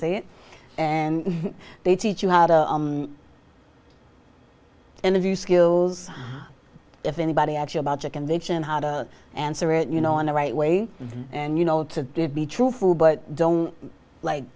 say it and they teach you how to interview skills if anybody at your budget convention how to answer it you know in the right way and you know it to be truthful but don't like